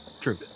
True